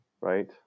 right